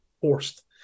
forced